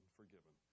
forgiven